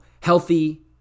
healthy